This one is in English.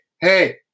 Hey